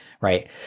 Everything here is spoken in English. right